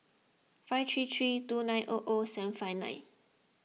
five three three two nine O O seven five nine